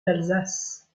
d’alsace